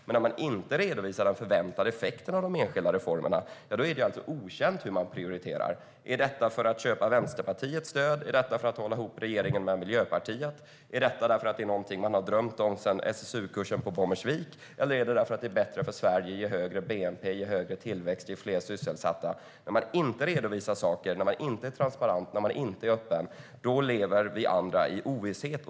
Men när man inte redovisar den förväntade effekten av de enskilda reformerna är det okänt hur man prioriterar. Gör man detta för att köpa Vänsterpartiets stöd? Gör man detta för att hålla ihop regeringen med Miljöpartiet? Gör man detta för att det är någonting som man har drömt om sedan SSU-kursen på Bommersvik? Eller gör man detta för att det är bättre för Sverige ju högre bnp, ju högre tillväxt och ju fler sysselsatta man har? När man inte redovisar saker, när man inte är transparent och när man inte är öppen lever vi andra i ovisshet.